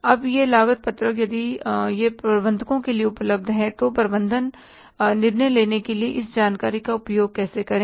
अब यह लागत पत्रक यदि यह प्रबंधकों के लिए उपलब्ध है तो प्रबंधन निर्णय लेने के लिए इस जानकारी का उपयोग कैसे करें